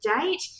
date